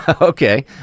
Okay